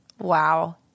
Wow